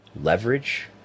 leverage